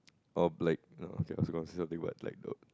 oh like no I was gonna saying but like